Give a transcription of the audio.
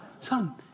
son